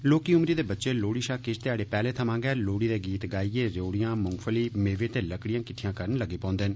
लोहकी उम्री दे बच्चे लोहड़ी शा किश घ्याड़े पैहले थमां गै लोहड़ी दे गीत गाईयै रेवड़ियां मुंगफली मेवे ते लकड़ियां किट्ठियां करन लग्गी पौन्दे न